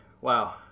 Wow